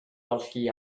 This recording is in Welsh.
olchi